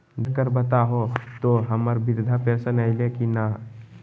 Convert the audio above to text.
देख कर बताहो तो, हम्मर बृद्धा पेंसन आयले है की नय?